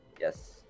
yes